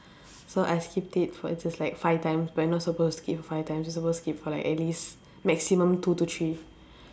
so I skipped it for just like five times but you're not supposed to skip for five times you supposed to skip for like at least maximum two to three